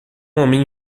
homem